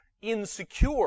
insecure